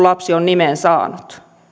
lapsi on nimen saanut